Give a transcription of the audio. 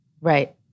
Right